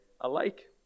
alike